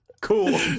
cool